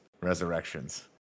Resurrections